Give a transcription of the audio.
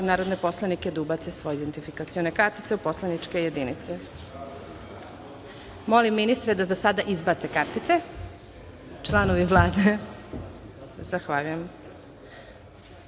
narodne poslanike da ubace svoje identifikacione kartice u poslaničke jedinice. Molim ministre da sada izbace kartice, članovi Vlade. Zahvaljujem. Konstatujem